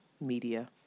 media